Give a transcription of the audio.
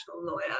lawyer